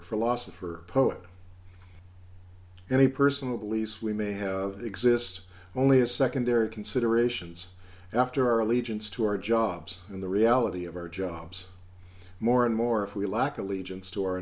for poet any personal beliefs we may have exists only as secondary considerations after our allegiance to our jobs and the reality of our jobs more and more if we lack allegiance to our